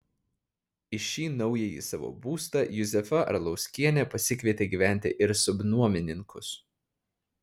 į šį naująjį savo būstą juzefa arlauskienė pasikvietė gyventi ir subnuomininkus